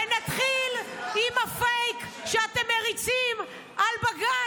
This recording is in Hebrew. ונתחיל עם הפייק שאתם מריצים על בג"ץ.